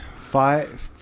Five